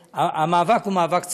המאבק הוא מאבק צודק,